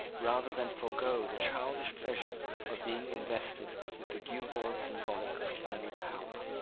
rather than forego the childish pleasure of being invested with the gewgaws symbolical of kingly power.